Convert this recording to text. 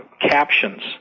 captions